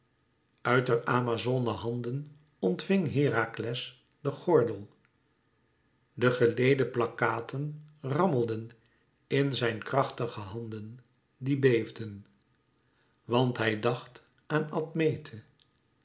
uit der amazone handen ontving herakles den gordel de geleede plakkaten rammelden in zijn krachtige handen die beefden want hij dacht aan admete